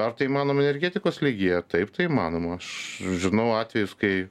ar tai įmanoma energetikos lygyje taip tai įmanoma aš žinau atvejus kai